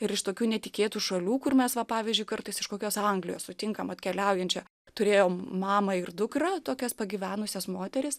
ir iš tokių netikėtų šalių kur mes va pavyzdžiui kartais iš kokios anglijos sutinkam vat keliaujančią turėjom mamą ir dukrą tokias pagyvenusias moteris